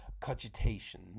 cogitation